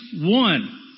one